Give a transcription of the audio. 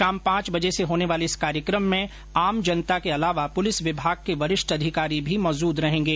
शाम पांच बजे से होने वाले इस कार्यक्रम में आम जनता के अलावा पुलिस विभाग के वरिष्ठ अधिकारी भी मौजूद रहेंगे